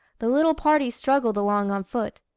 the little party struggled along on foot.